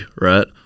right